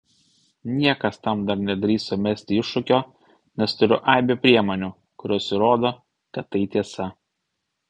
niekas tam dar nedrįso mesti iššūkio nes turiu aibę priemonių kurios įrodo kad tai tiesa